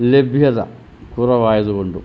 ലഭ്യത കുറവായത് കൊണ്ടും